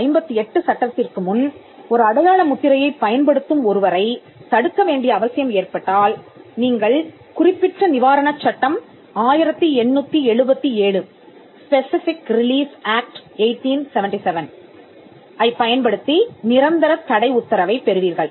1958 சட்டத்திற்கு முன் ஒரு அடையாள முத்திரையைப் பயன்படுத்தும் ஒருவரைத் தடுக்க வேண்டிய அவசியம் ஏற்பட்டால் நீங்கள் குறிப்பிட்ட நிவாரணச் சட்டம் 1877 ஐப் பயன்படுத்தி நிரந்தரத் தடை உத்தரவைப் பெறுவீர்கள்